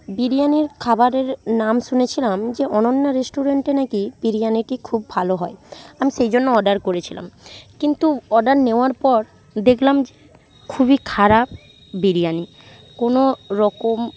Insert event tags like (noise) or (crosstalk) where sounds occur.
বিরিয়ানি খাবারের নাম শুনেছিলাম যে অনন্যা রেস্টুরেন্টে না কি বিরিয়ানিটি খুব ভালো হয় আমি সেই জন্য অর্ডার করেছিলাম কিন্তু অর্ডার নেওয়ার পর দেখলাম (unintelligible) খুবই খারাপ বিরিয়ানি কোনো রকম